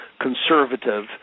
conservative